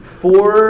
four